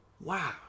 Wow